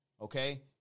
Okay